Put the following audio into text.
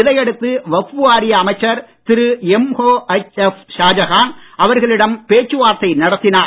இதை அடுத்து வஃக்பு வாரிய அமைச்சர் திரு எம்ஜஎச்எப் ஷாஜகான் அவர்களிடம் பேச்சு வார்த்தை நடத்தினார்